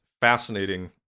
fascinating